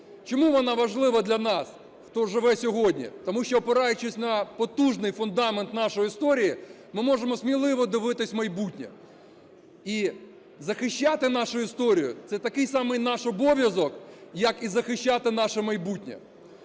Чому вона важлива для нас, хто живе сьогодні? Тому що, опираючись на потужний фундамент нашої історії, ми можемо сміливо дивитись в майбутнє. І захищати нашу історію – це такий самий наш обов'язок, як і захищати наше майбутнє.